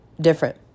different